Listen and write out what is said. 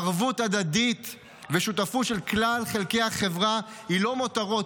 ערבות הדדית ושותפות של כלל חלקי החברה הן לא מותרות,